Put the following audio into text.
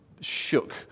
shook